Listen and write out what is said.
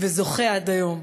וזוכה עד היום,